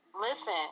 Listen